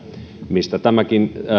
mistä tämäkin